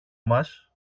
μας